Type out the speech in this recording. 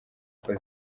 uko